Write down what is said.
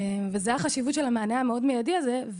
זו החשיבות של המענה המיידי הזה.